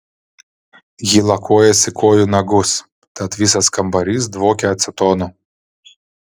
ji lakuojasi kojų nagus tad visas kambarys dvokia acetonu